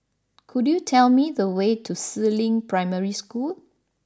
could you tell me the way to Si Ling Primary School